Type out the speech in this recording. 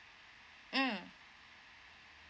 mm